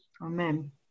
amen